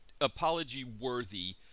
apology-worthy